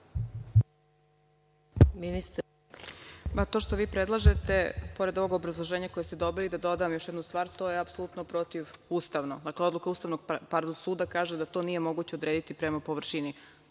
Mihajlović** To što vi predlažete, pored ovog obrazloženja koje ste dobili, da dodam još jednu stvar, to je apsolutno protivustavno. Dakle, odluka Ustavnog suda, kaže da to nije moguće odrediti prema površini